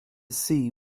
see